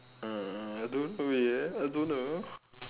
um I don't know ya I don't know